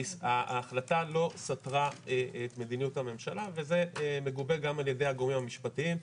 ההחלטה לא סתרה את מדיניות הממשלה וזה מגובה גם ע"י הגורמים המשפטיים,